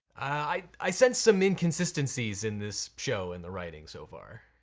i sense some inconsistencies in this show and the writing so far.